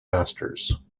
masters